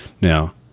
Now